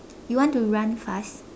you want to run fast